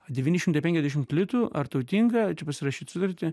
devyni šimtai penkiasdešimt litų ar tau tinka čia pasirašyt sutartį